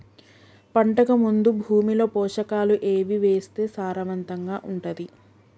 పంటకు ముందు భూమిలో పోషకాలు ఏవి వేస్తే సారవంతంగా ఉంటది?